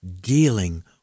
dealing